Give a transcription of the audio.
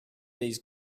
these